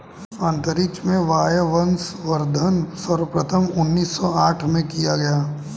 अंतरिक्ष में वायवसंवर्धन सर्वप्रथम उन्नीस सौ साठ में किया गया